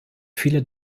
viele